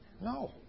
No